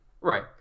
Right